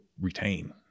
retain